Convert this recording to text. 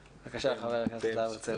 בבקשה, חבר הכנסת להב הרצנו.